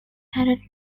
parade